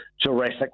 Jurassic